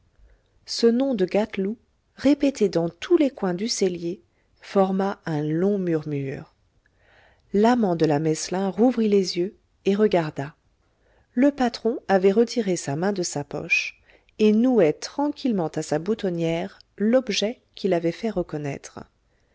ce nom de gâteloup répété dans tous les coins du cellier forma un long murmure l'amant de la meslin rouvrit les yeux et regarda le patron avait retiré sa main de sa poche et nouait tranquillement à sa boutonnière l'objet qui l'avait fait reconnaître